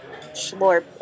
schlorp